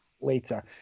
later